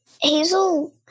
Hazel